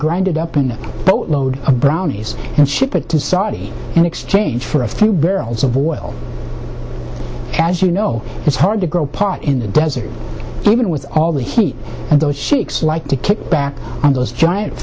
grind it up in a boat load of brownies and ship it to saudi in exchange for a few barrels of oil as you know it's hard to grow pot in the desert even with all the heat and those like to kick back on those giant